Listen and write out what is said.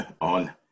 on